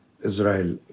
Israel